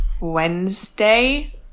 Wednesday